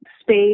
space